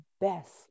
best